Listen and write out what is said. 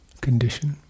condition